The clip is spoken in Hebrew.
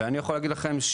ואני יכול להגיד לכם,